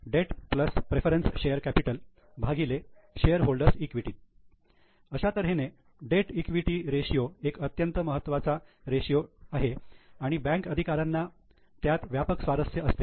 date preference share capital debt equity ratio shareholders equity अशा तऱ्हेने debt equity ratio एक अत्यंत महत्वाचा रेशियो आहे आणि बँक अधिकाऱ्यांना त्यात व्यापक स्वारस्य असते